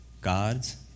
God's